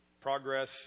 progress